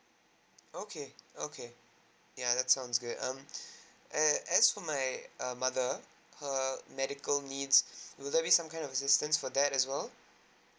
okay okay ya that sounds good um eh as for my um mother her medical needs will there be some kind of assistance for that as well